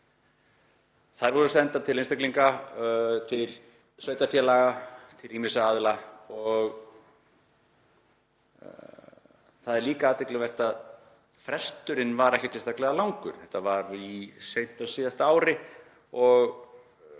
Þær voru sendar til einstaklinga, til sveitarfélaga, til ýmissa aðila og það er líka athyglisvert að fresturinn var ekkert sérstaklega langur. Þetta var seint á síðasta ári og